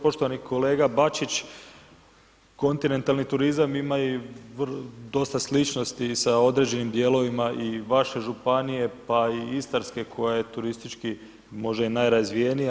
Poštovani kolega Bačić, kontinentalni turizam ima i dosta sličnosti sa određenim dijelovima i vaše županije, pa i istarske koja je turistički možda i najrazvijenija.